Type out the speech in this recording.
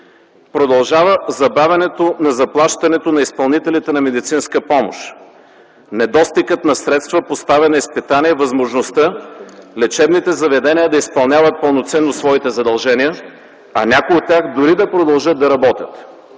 Продължава забавянето на заплащането на изпълнителите на медицинска помощ. Недостигът на средства поставя на изпитание възможността лечебните заведения да изпълняват пълноценно своите задължения, а някои от тях дори да продължат на работят.